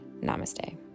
Namaste